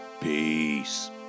Peace